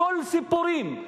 הכול סיפורים,